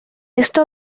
esto